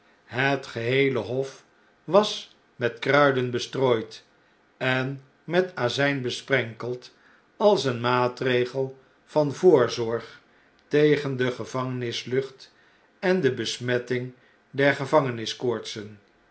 het geheele hof was met kruiden bestrooid en met a'zjjn besprenkeld als een maatregel van voorzorg tegen de gevangenislucht en de besmetting der gevangeniskoortsen